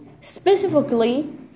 specifically